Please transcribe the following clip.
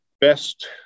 best